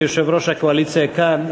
כי יושב-ראש הקואליציה כאן,